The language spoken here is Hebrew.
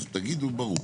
אז תגידו ברור.